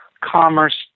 commerce